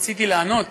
רציתי לענות